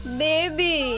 baby